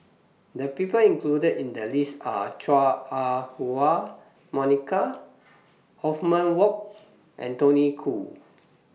The People included in The list Are Chua Ah Huwa Monica Othman Wok and Tony Khoo